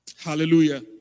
Hallelujah